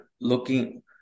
looking